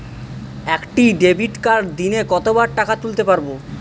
একটি ডেবিটকার্ড দিনে কতবার টাকা তুলতে পারব?